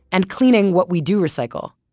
and cleaning what we do recycle.